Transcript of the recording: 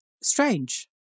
strange